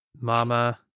Mama